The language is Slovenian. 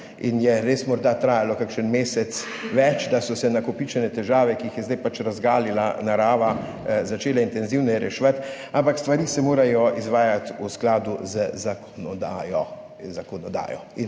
in je res morda trajalo kakšen mesec več, da so se nakopičene težave, ki jih je zdaj pač razgalila narava, začele intenzivneje reševati, ampak stvari se morajo izvajati v skladu z zakonodajo.